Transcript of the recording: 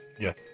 Yes